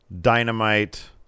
Dynamite